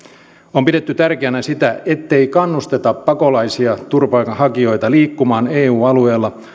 on pidetty tärkeänä sitä ettei kannusteta pakolaisia turvapaikanhakijoita liikkumaan eu alueella